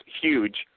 huge